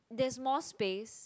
there's more space